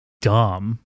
dumb